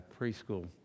preschool